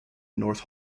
north